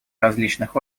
различных